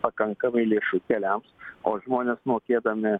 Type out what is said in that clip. pakankamai lėšų keliams o žmonės mokėdami